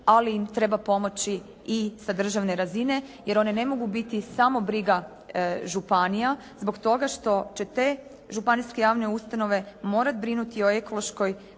ali im treba pomoći i sa državne razine, jer one ne mogu biti samo briga županija zbog toga što će te županijske javne ustanove morati brinuti o Ekološkoj